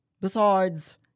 Besides